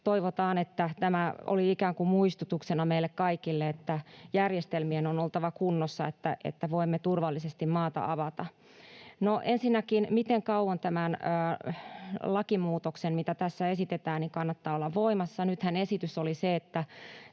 toivotaan, että tämä oli ikään kuin muistutuksena meille kaikille siitä, että järjestelmien on oltava kunnossa, jotta voimme turvallisesti maata avata. No, ensinnäkin, miten kauan tämän lakimuutoksen, mitä tässä esitetään, kannattaa olla voimassa? Nythän esitys oli se,